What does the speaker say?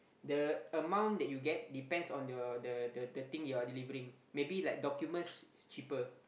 the amount that you get depends on your the the the thin you're delivering maybe like documents cheaper